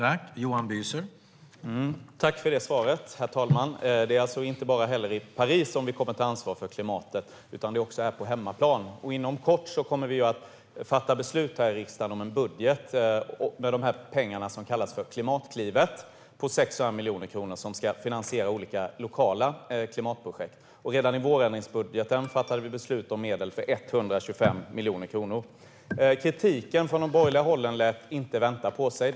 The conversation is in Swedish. Herr talman! Jag tackar för svaret. Det är inte bara i Paris som vi kommer att ta ansvar för klimatet utan också här på hemmaplan. Inom kort kommer riksdagen att fatta beslut om en budget för det så kallade Klimatklivet. Det är 600 miljoner som ska finansiera olika lokala klimatprojekt. Redan i vårändringsbudgeten fattade vi beslut om medel, 125 miljoner kronor. Kritiken från borgerligt håll lät inte vänta på sig.